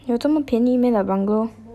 有这么便宜 meh the bungalow